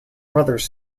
brothers